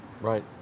Right